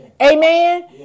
Amen